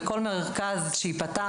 וכל מרכז שייפתח,